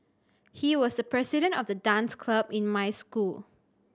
he was the president of the dance club in my school